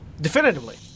Definitively